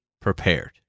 Prepared